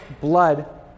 blood